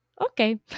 Okay